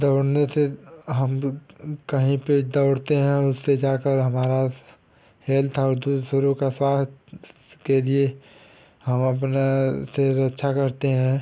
दौड़ने से हम कहीं पर दौड़ते हैं उससे जाकर हमारा हेल्थ और दूसरों का स्वास्थ्य के लिए हम अपने से रक्षा करते हैं